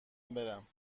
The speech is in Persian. برم